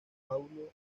paulo